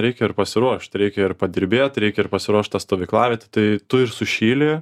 reikia ir pasiruošt reikia ir padirbėt reikia ir pasiruoš tą stovyklavietę tai tu ir sušyli